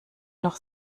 noch